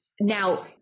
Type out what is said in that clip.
now